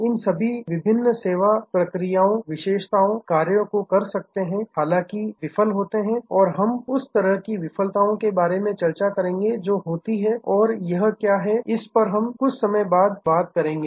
इन सभी विभिन्न प्रक्रियाओं विशेषताओं कार्यों को कर सकते हैं हालाँकि विफल होते हैं और हम उस तरह की विफलताओं के बारे में चर्चा करेंगे जो होती हैं और यह क्या है इस पर हम कुछ समय बाद इसके बारे में बात करेंगे